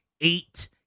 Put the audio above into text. eight